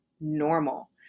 normal